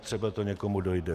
Třeba to někomu dojde.